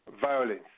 violence